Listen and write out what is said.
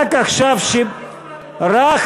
קריאה ראשונה.